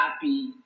happy